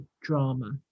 drama